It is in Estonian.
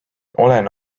olen